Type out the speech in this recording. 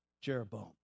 Jeroboam